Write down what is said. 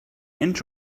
inch